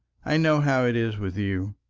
i know how it is with you.